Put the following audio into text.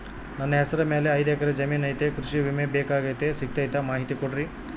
ನನ್ನ ಹೆಸರ ಮ್ಯಾಲೆ ಐದು ಎಕರೆ ಜಮೇನು ಐತಿ ಕೃಷಿ ವಿಮೆ ಬೇಕಾಗೈತಿ ಸಿಗ್ತೈತಾ ಮಾಹಿತಿ ಕೊಡ್ರಿ?